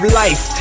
life